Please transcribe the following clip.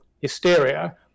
hysteria